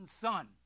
son